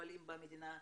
שפועלים במדינה,